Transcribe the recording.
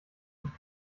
nicht